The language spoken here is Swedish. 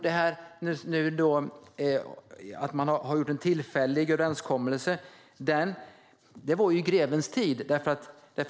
Den tillfälliga överenskommelse man nu gjort var i grevens tid.